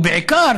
ובעיקר,